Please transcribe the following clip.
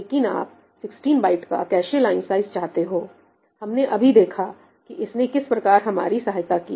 लेकिन आप 16 बाइट का कैशे लाइन साइज़ चाहते हो हमने अभी देखा कि इसने किस प्रकार हमारी सहायता की